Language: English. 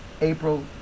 April